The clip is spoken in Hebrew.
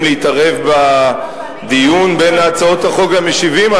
להתערב בדיון בין מציעי הצעות החוק והמשיבים.